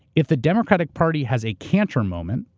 if the democratic party has a cantor moment,